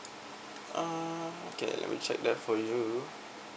um okay let me check that for you